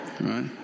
Right